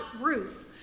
roof